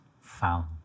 found